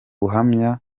buhamya